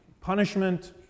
Punishment